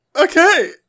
Okay